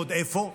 ועוד איפה?